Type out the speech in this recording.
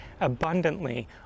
abundantly